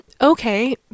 okay